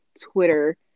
Twitter